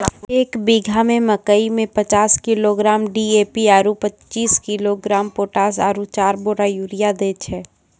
एक बीघा मे मकई मे पचास किलोग्राम डी.ए.पी आरु पचीस किलोग्राम पोटास आरु चार बोरा यूरिया दैय छैय?